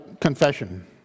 confession